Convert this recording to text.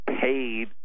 paid